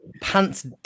pants